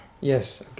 Yes